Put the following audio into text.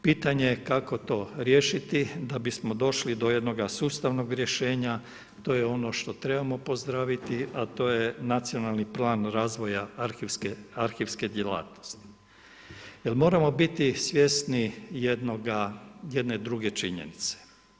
Pitanje je kako to riješiti da bismo došli do jednoga sustavnog rješenja, to je ono što trebamo pozdraviti a to je nacionalni plan razvoja arhivske djelatnosti jer moramo biti svjesni jedne druge činjenice.